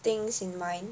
things in mind